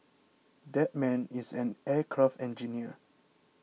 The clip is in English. that man is an aircraft engineer